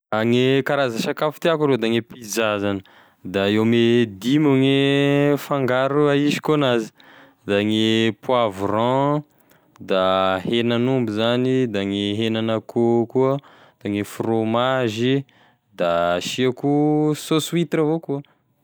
Gne karaza sakafo tiàko arô da gne pizza zany da eo ame dimy eo gne fangaro ahisiko agnazy, da gne poavron, da henan'omby zany, da gne henan'akoho koa da gne frômazy, da asiako saosy huitra avao koa.